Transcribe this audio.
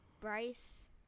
Bryce